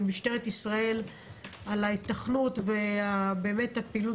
למשטרת ישראל על ההיתכנות והפעילות